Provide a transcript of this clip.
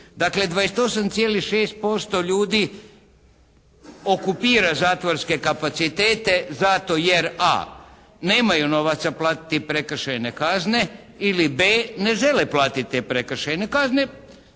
Dakle 28,6% ljudi okupira zatvorske kapacitete zato jer: a) nemaju novaca platiti prekršajne kazne ili b) ne žele platiti te prekršajne kazne